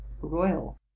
royal